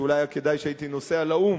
שאולי היה כדאי שהייתי נוסע לאו"ם,